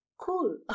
Cool